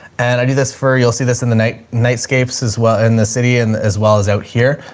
and i do this for, you'll see this in the night night scapes as well in the city and as well as out here,